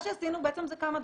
עשינו כמה דברים.